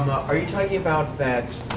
are you talking about that